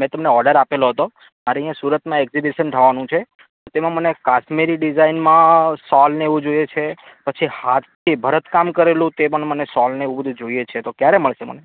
મેં તમને ઓડર આપેલો હતો મારે અહીંયા સુરતમાં એક્ઝિબિસન થવાનું છે તો તેમાં મને કાશ્મીરી ડિઝાઈનમાં સોલ ને એવું જોઈએ છે પછી હાથથી ભરતકામ કરેલું તે પણ મને સોલ ને એવું બધું જોઈએ છે તો ક્યારે મળશે મને